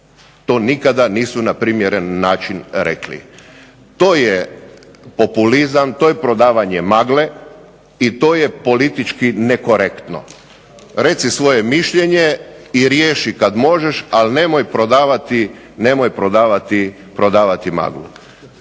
to nikada nisu na primjeren način rekli. To je populizam, to je prodavanje magle i to je politički nekorektno. Reci svoje mišljenje i riješi kada možeš ali nemoj prodavati maglu.